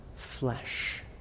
Flesh